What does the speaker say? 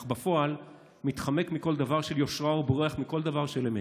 אך בפועל מתחמק מכל דבר של יושרה ובורח מכל דבר של אמת.